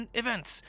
events